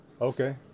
Okay